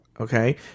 okay